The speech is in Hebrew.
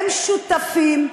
הם שותפים,